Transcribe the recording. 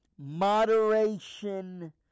moderation